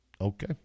Okay